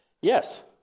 Yes